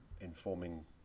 informing